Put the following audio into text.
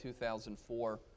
2004